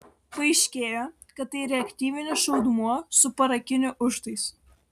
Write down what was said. paaiškėjo kad tai reaktyvinis šaudmuo su parakiniu užtaisu